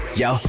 yo